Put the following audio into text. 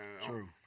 True